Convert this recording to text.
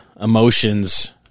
emotions